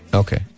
okay